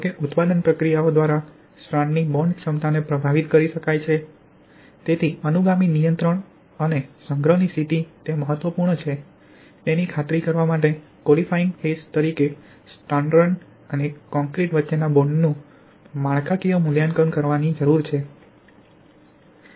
જો કે ઉત્પાદન પ્રક્રિયાઓ દ્વારા સ્ટ્રાન્ડની બોન્ડ ક્ષમતાને પ્રભાવિત કરી શકાય છે તેથી અનુગામી નિયંત્રણ અને સંગ્રહની સ્થિતિ તે મહત્વપૂર્ણ છે તેની ખાતરી કરવા માટે ક્વોલિફાઇંગ ટેસ્ટ તરીકે સ્ટ્રાન્ડ અને કોંક્રિટ વચ્ચેના બોન્ડનું માળખાકીય મૂલ્યાંકનની કામગીરી કરવી